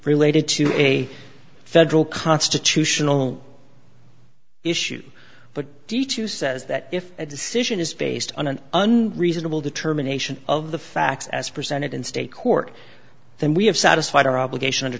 related to a federal constitutional issues but d to says that if a decision is based on an undue reasonable determination of the facts as presented in state court then we have satisfied our obligation under